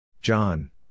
John